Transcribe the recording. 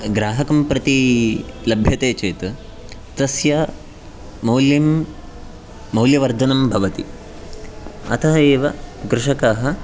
ग्राहकं प्रति लभ्यते चेत् तस्य मौल्यं मौल्यवर्धनं भवति अतः एव कृषकः